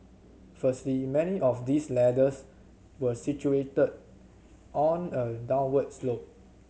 firstly many of these ladders were situated on a downward slope